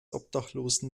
obdachlosen